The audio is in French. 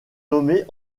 nommée